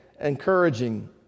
encouraging